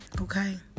okay